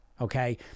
okay